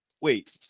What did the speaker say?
wait